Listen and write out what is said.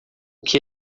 que